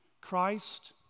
Christ